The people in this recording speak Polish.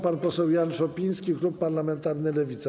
Pan poseł Jan Szopiński, klub parlamentarny Lewica.